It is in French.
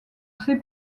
sait